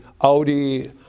Audi